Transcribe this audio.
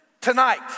tonight